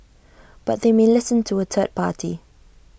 but they may listen to A third party